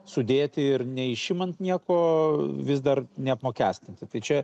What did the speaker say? sudėti ir neišimant nieko vis dar neapmokestinti tai čia